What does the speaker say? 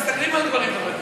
מסתכלים על גברים.